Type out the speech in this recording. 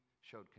showed